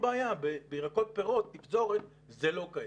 בירקות ופירות, בתפזורת, זה לא קיים.